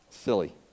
silly